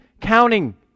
counting